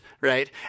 right